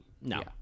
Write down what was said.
No